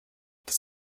dass